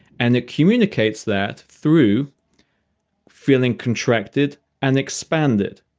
and it communicates that through feeling contracted and expanded.